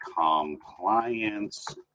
compliance